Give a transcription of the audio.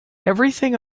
everything